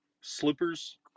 Slippers